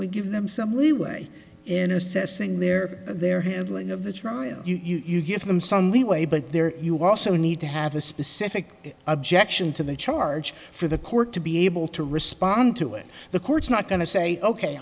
we give them some leeway in assessing their their handling of the trial you give them some leeway but there you also need to have a specific objection to the charge for the court to be able to respond to it the court's not going to say ok